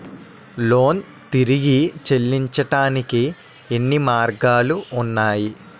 Loan తిరిగి చెల్లించటానికి ఎన్ని మార్గాలు ఉన్నాయి?